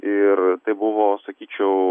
ir tai buvo sakyčiau